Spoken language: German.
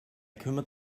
kümmert